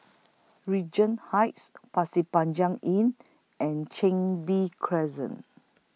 Regent Heights Pasir Panjang Inn and Chin Bee Crescent